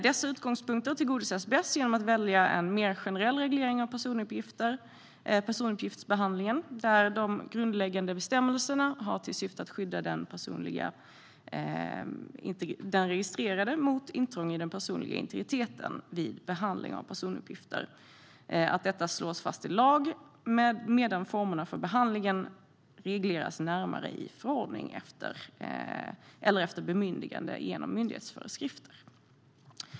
Dessa utgångspunkter tillgodoses bäst genom att man väljer en mer generell reglering av personuppgiftsbehandlingen där de grundläggande bestämmelserna som har till syfte att skydda den registrerade mot intrång i den personliga integriteten vid behandling av personuppgifter slås fast i lag, medan formerna för behandlingen regleras närmare i förordning eller efter bemyndigande genom myndighetsföreskrifter.